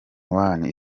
one